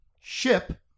ship